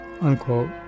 unquote